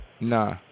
Nah